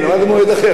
מה זה "מועד אחר"?